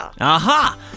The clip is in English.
Aha